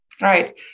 Right